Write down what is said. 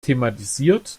thematisiert